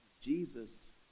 Jesus